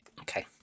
Okay